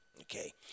Okay